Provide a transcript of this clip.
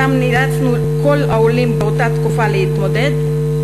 שאתם נאלצו כל העולים באותה תקופה להתמודד,